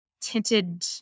tinted